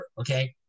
okay